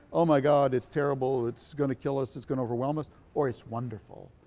oh my god, it's terrible, it's gonna kill us, it's gonna overwhelm us or it's wonderful,